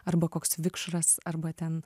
arba koks vikšras arba ten